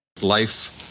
Life